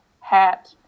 hat